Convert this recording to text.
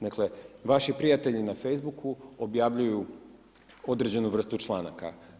Dakle, vaši prijatelji na Facebooku-u objavljuju određenu vrstu članaka.